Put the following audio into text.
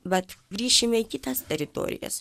mat grįšime į kitas teritorijas